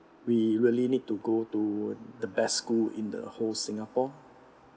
we really need to go to the best school in the whole singapore